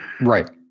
Right